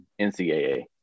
ncaa